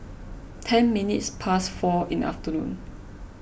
ten minutes past four in afternoon